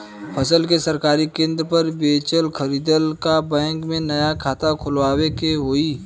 फसल के सरकारी केंद्र पर बेचय खातिर का बैंक में नया खाता खोलवावे के होई?